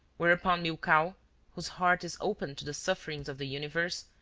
whereupon milkau, whose heart is open to the sufferings of the universe,